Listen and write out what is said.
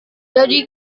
jadi